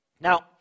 Now